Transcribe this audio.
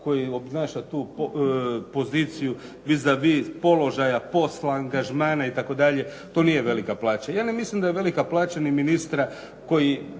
koji obnaša poziciju vis a vis položaja posla, angažmana itd., to nije velika plaća. Ja ne mislim da je velika plaća ni ministra koji